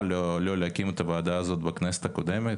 לא להקים את הוועדה הזאת בכנסת הקודמת.